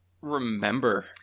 remember